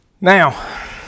Now